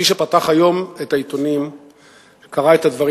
מי שפתח היום את העיתונים קרא את הדברים